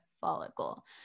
follicle